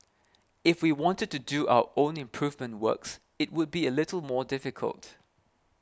if we wanted to do our own improvement works it would be a little more difficult